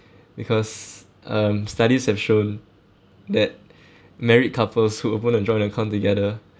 because um studies have shown that married couples who open a joint account together